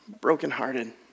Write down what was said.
brokenhearted